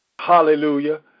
hallelujah